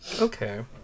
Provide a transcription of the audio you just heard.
okay